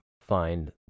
find